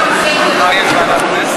אתה בסדר גמור.